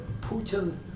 Putin